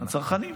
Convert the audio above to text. הצרכנים.